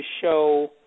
show